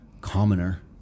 commoner